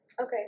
Okay